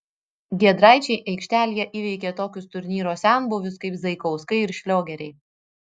giedraičiai aikštelėje įveikė tokius turnyro senbuvius kaip zaikauskai ir šliogeriai